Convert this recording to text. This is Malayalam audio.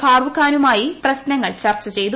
ഫാറൂഖ് ഖാനുമായി പ്രശ്നങ്ങൾ ചർച്ച ചെയ്തു